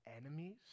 enemies